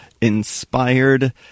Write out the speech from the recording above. inspired